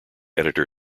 editor